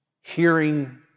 hearing